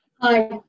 Hi